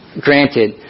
granted